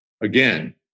again